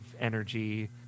energy